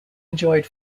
enjoyed